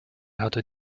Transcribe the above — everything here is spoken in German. hatte